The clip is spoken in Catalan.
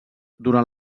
durant